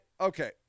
okay